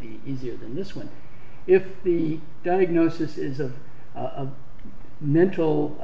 be easier than this one if the diagnosis is of a mental